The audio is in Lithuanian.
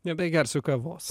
nebegersiu kavos